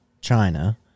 China